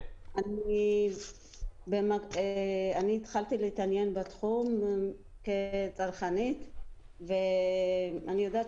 אני התחלתי להתעניין בתחום כצרכנית ואני יודעת